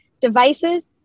devices